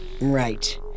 Right